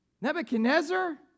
Nebuchadnezzar